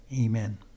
Amen